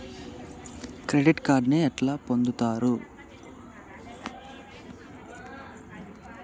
Credit కార్డులను ఎట్లా పొందుతరు?